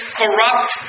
corrupt